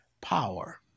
power